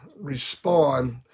respond